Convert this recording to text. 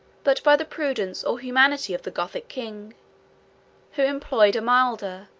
but by the prudence or humanity of the gothic king who employed a milder,